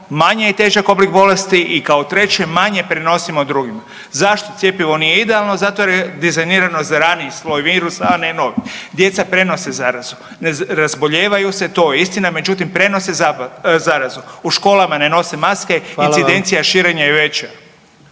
manje je težak oblik bolesti i kao treće manje prenosimo drugima. Zašto cjepivo nije idealno? Zato jer je dizajnirano za raniji sloj virusa, a ne novi. Djeca prenose zarazu. Ne razbolijevaju se to je istina, međutim prenose zarazu. U školama ne nose maske, incidencija …/Upadica: